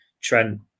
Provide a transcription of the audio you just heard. Trent